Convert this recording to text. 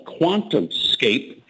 QuantumScape